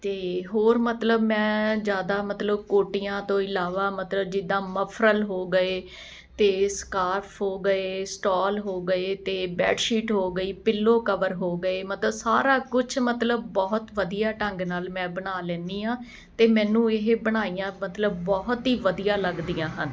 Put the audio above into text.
ਅਤੇ ਹੋਰ ਮਤਲਬ ਮੈਂ ਜ਼ਿਆਦਾ ਮਤਲਬ ਕੋਟੀਆਂ ਤੋਂ ਇਲਾਵਾ ਮਤਲਬ ਜਿੱਦਾਂ ਮਫਰਲ ਹੋ ਗਏ ਅਤੇ ਇਹ ਸਕਾਫ ਹੋ ਗਏ ਸਟਾਲ ਹੋ ਗਏ ਅਤੇ ਬੈਡਸ਼ੀਟ ਹੋ ਗਈ ਪਿੱਲੋ ਕਵਰ ਹੋ ਗਏ ਮਤਲਬ ਸਾਰਾ ਕੁਝ ਮਤਲਬ ਬਹੁਤ ਵਧੀਆ ਢੰਗ ਨਾਲ ਮੈਂ ਬਣਾ ਲੈਂਦੀ ਹਾਂ ਅਤੇ ਮੈਨੂੰ ਇਹ ਬਣਾਈਆਂ ਮਤਲਬ ਬਹੁਤ ਹੀ ਵਧੀਆ ਲੱਗਦੀਆਂ ਹਨ